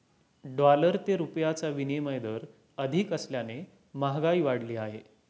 dollar ते रुपयाचा विनिमय दर अधिक असल्याने महागाई वाढली आहे